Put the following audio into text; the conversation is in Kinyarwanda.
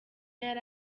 yari